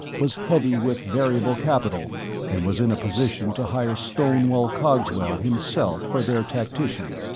was heavy with variable capital and was in a position to hire stonewall cogswell himself for their tactician.